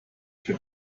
für